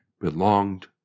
belonged